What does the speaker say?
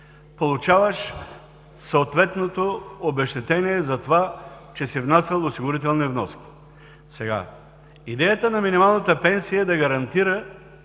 получаваш съответното обезщетение за това, че си внасял осигурителни вноски. Идеята на минималната пенсия е да гарантира